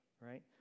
right